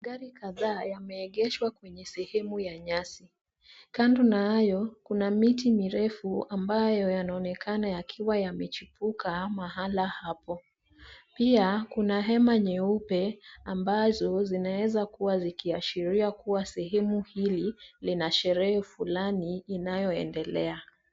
Magari kadhaa yameegeshwa kwenye sehemu ya nyasi. Kando na hayo kuna miti mirefu ambayo yanaonekana yakiwa yamechipuka mahala hapo. Pia kuna hema nyeupe ambazo zinaweza kuwa zikiashiria sehemu hili lina sherehe fulani inayoendelea.